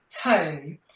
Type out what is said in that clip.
tone